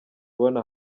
ubona